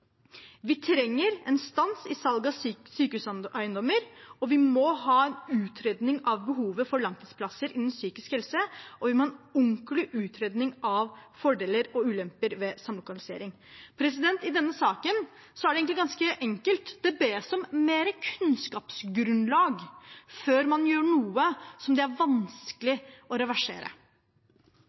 Vi trenger en stans i salg av sykehuseiendommer, vi må ha utredning av behovet for langtidsplasser innen psykisk helse, og vi må ha en ordentlig utredning av fordeler og ulemper ved samlokalisering. I denne saken er det egentlig ganske enkelt: Det bes om mer kunnskapsgrunnlag før man gjør noe som det er vanskelig å reversere.